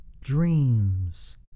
dreams